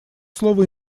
слово